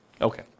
Okay